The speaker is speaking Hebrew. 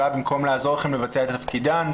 במקום לעזור לכם לבצע את תפקידכן,